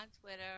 Twitter